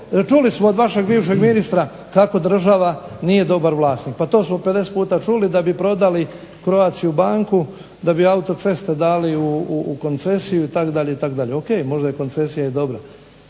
čuli smo od vašeg bivšeg ministra kako država nije dobar vlasnik. Pa to smo 50 puta čuli da bi prodali Croatia banku, da bi autoceste dali u koncesiju itd., itd. Ok, možda je koncesija i dobra,